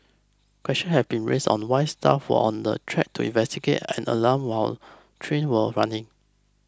question have been raised on why staff were on the track to investigate an alarm while train were running